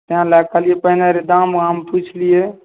ताहि लए कहलियै पहिने रे दाम आम पुछि लिए